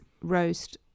roast